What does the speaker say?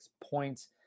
points